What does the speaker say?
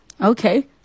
Okay